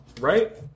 right